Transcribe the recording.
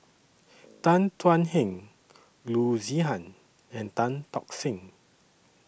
Tan Thuan Heng Loo Zihan and Tan Tock San